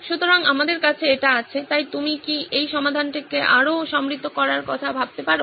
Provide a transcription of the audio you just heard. সুতরাং আমাদের কাছে এটা আছে তাই তুমি কি এই সমাধানটিকে আরও সমৃদ্ধ করতে ভাবতে পারো